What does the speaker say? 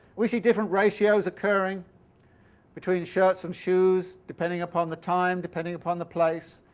we see different ratios occurring between shirts and shoes depending upon the time, depending upon the place.